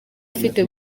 afite